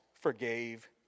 forgave